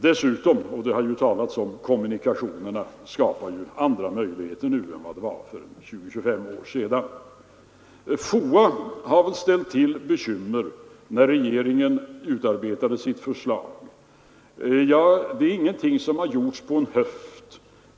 Dessutom — och det har det ju talats om — skapar kommunikationerna andra möjligheter nu än vad som fanns för 20—2S5 år sedan. FOA ställde väl till bekymmer när regeringen utarbetade sitt förslag. Det är ingenting som har gjorts på en höft.